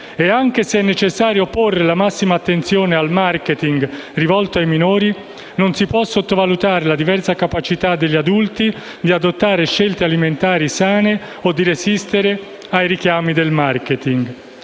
e, anche se è necessario porre la massima attenzione al *marketing* rivolto ai minori, non si può sottovalutare la diversa capacità degli adulti di adottare scelte alimentari sane o di resistere ai richiami del *marketing*;